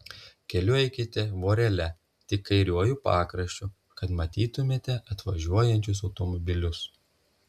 keliu eikite vorele tik kairiuoju pakraščiu kad matytumėte atvažiuojančius automobilius